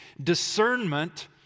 discernment